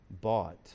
bought